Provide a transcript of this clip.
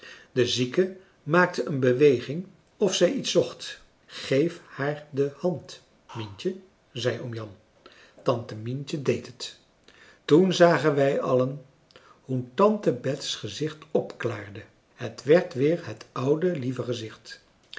de zieke maakte een beweging of zij iets zocht geef haar de hand mientje zei oom jan tante mientje deed het toen zagen wij allen hoe tante bet's gezicht opklaarde het werd weer het oude lieve gezicht